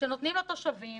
שנותנים לתושבים